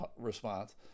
response